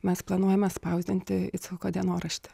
mes planuojame spausdinti icchoko dienoraštį